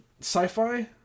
Sci-Fi